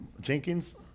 Jenkins